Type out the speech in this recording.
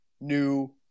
new